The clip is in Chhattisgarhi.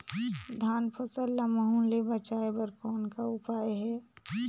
धान फसल ल महू ले बचाय बर कौन का उपाय हे?